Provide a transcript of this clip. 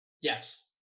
Yes